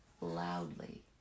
loudly